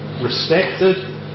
respected